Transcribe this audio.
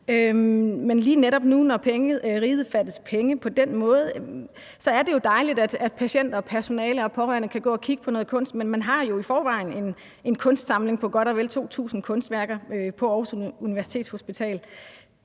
netop nu, når riget fattes penge på den måde, som det gør, er det jo dejligt, at patienter, personale og pårørende kan gå og kigge på noget kunst, men man har jo i forvejen en kunstsamling på godt og vel 2.000 kunstværker på Aarhus Universitetshospital.